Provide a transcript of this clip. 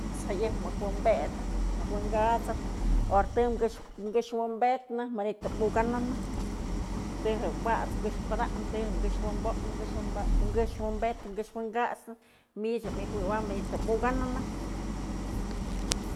Pues jayëp muk wi'inpedëp wi'inkasëp ora të këx wi'inpednë manytë je'e mukanë të je'e wat's këx pada'a të këx wi'inpodnë këx wi'inpednë wi'inkat'snë mich nëjuewam manytë je'e mukanë.